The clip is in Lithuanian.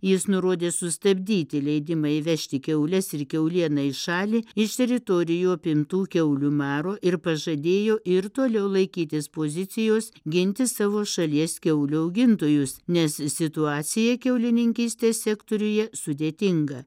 jis nurodė sustabdyti leidimą įvežti kiaules ir kiaulieną į šalį iš teritorijų apimtų kiaulių maro ir pažadėjo ir toliau laikytis pozicijos ginti savo šalies kiaulių augintojus nes situacija kiaulininkystės sektoriuje sudėtinga